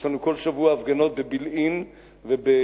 יש לנו כל שבוע הפגנות בבילעין ובמקומות